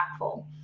impactful